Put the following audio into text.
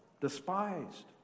despised